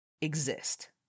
exist